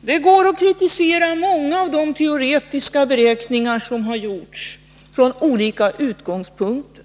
Det går att kritisera många av de teoretiska beräkningar som har gjorts från olika utgångspunkter.